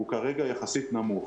הוא כרגע יחסית נמוך.